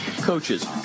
coaches